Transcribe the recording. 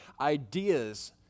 ideas